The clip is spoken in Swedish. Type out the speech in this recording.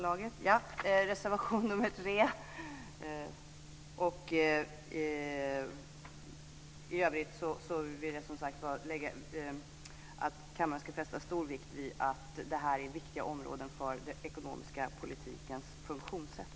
Jag vill i övrigt, som sagt, att kammarens ledamöter ska lägga stor vikt vid dessa områden, som är betydelsefulla för den ekonomiska politikens funktionssätt.